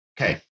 Okay